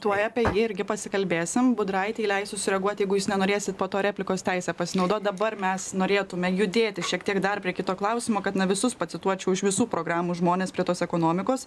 tuoj apie jį irgi pasikalbėsim budraitei leisiu sureaguoti jeigu jūs nenorėsit po to replikos teise pasinaudot dabar mes norėtume judėti šiek tiek dar prie kito klausimo kad na visus pacituočiau iš visų programų žmonės prie tos ekonomikos